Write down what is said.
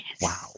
Wow